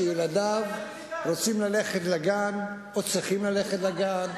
שילדיו רוצים ללכת לגן או צריכים ללכת לגן,